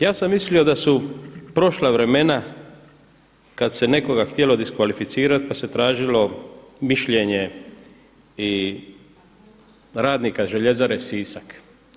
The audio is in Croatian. Ja sam mislio da su prošla vremena kad se nekoga htjelo diskvalificirati pa se tražilo mišljenje i radnika Željezare Sisak.